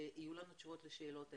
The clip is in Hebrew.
יהיו לנו תשובות לשאלות האלה,